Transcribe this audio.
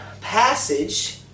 passage